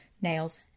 nails